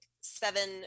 seven